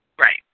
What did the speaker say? Right